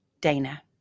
Dana